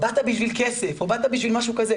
'באת בשביל כסף' או משהו כזה.